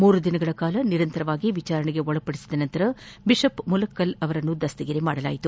ಮೂರು ದಿನಗಳ ಕಾಲ ನಿರಂತರವಾಗಿ ವಿಚಾರಣೆಗೆ ಒಳಪಡಿಸಿದ ನಂತರ ಬಿಷಪ್ ಮುಲಕ್ಕಲ್ರನ್ನು ಬಂಧಿಸಲಾಗಿದೆ